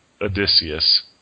Odysseus